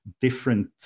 different